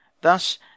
Thus